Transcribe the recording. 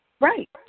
Right